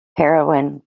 heroin